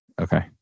Okay